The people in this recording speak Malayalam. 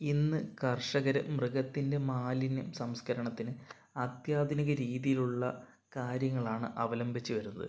ഇന്ന് കർഷകർ മൃഗത്തിൻ്റെ മാലിന്യം സംസ്കരണത്തിന് അത്യാധുനിക രീതിയിലുള്ള കാര്യങ്ങളാണ് അവലംബിച്ചു വരുന്നത്